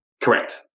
Correct